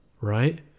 right